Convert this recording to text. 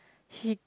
she